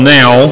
now